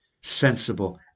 sensible